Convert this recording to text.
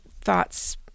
thoughts